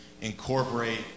incorporate